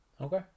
Okay